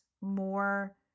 more